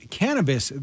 cannabis